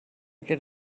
get